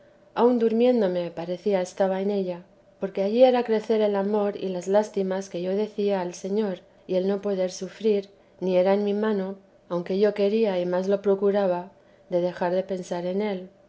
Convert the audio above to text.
aun durmiéndome parecía estaba en ella porque aquí era crecer el amor y las lástimas que yo decía al señor y él no lo podía sufrir ni era en mi mano aunque yo quería y más lo procuraba de dejar de pensar en él